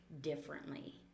differently